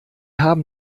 haben